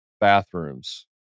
bathrooms